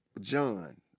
John